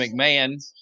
McMahon